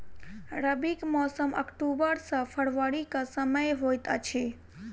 रबीक मौसम अक्टूबर सँ फरबरी क समय होइत अछि